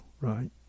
right